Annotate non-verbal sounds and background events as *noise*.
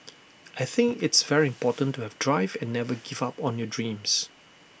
I think it's very *noise* important to have drive and never give up on your dreams